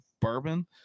bourbon